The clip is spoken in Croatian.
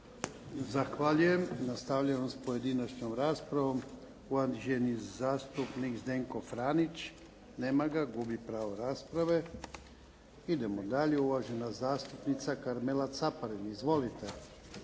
Zahvaljujem. Nastavljamo s pojedinačnom raspravom. Uvaženi zastupnik Zdenko Franić. Nema ga, gubi pravo rasprave. Idemo dalje. Uvažena zastupnica Karmela Caparin. Izvolite.